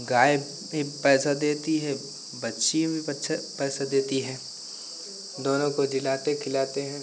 गाय भी पैसा देती हैं बच्छी भी पैसा बछ भी पैसा देती है दोनों को जिलाते खिलाते हैं